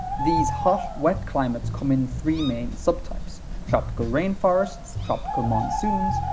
these hot, wet climates come in three main subtypes tropical rainforests, tropical monsoons,